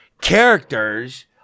characters